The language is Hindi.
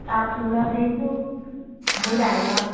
आप थोड़ा देखो हो जाएगा